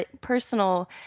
personal